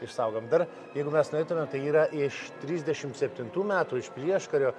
išsaugojom dar jeigu mes norėtumėm tai yra iš trisdešimt septintų metų iš prieškario